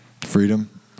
Freedom